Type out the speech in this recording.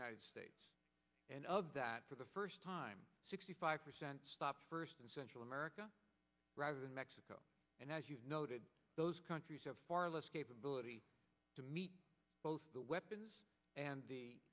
united states and of that for the first time sixty five percent stopped first in central america rather than mexico and as you noted those countries have far less capability to meet both the weapons and the